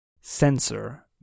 sensor